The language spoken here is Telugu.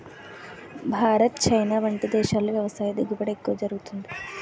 భారత్, చైనా వంటి దేశాల్లో వ్యవసాయ దిగుబడి ఎక్కువ జరుగుతుంది